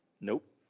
Nope